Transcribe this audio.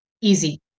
easy